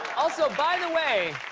also, by the way,